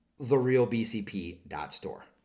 therealbcp.store